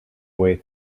way